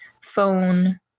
phone